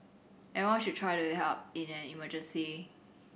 everyone should try to help in an emergency